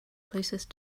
closest